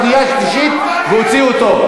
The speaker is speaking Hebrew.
שנייה, שלישית, ואוציא אותו.